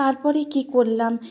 তারপরে কী করলাম